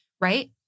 right